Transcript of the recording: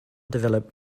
develop